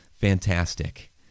Fantastic